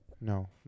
No